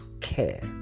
care